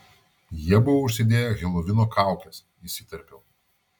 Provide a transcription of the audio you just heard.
jie buvo užsidėję helovino kaukes įsiterpiau